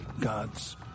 God's